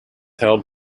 had